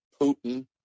putin